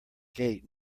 gate